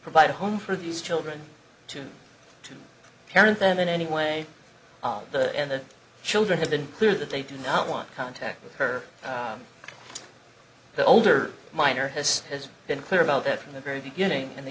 provide a home for these children to to parent them in any way and the children have been clear that they do not want contact with her the older miner has has been clear about that from the very beginning and the